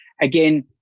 again